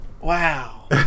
Wow